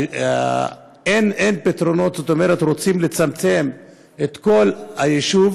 אין פתרונות, זאת אומרת, רוצים לצמצם את כל היישוב